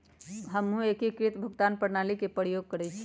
हमहु एकीकृत भुगतान प्रणाली के प्रयोग करइछि